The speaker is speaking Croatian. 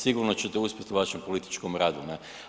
Sigurno ćete uspjeti u vašem političkom radu, ne?